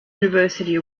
university